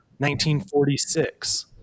1946